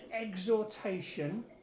exhortation